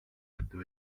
there